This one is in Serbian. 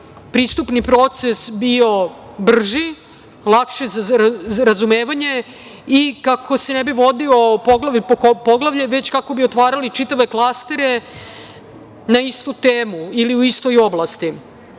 pristupni proces bio brži, lakši za razumevanje i kako se ni bi vodilo poglavlje po poglavlje, već kako bi otvarali čitave klastere na istu temu ili u istoj oblasti.